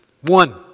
One